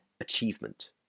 achievement